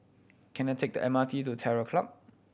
can I take the M R T to Terror Club